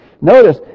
Notice